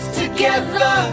together